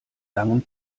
langen